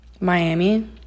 Miami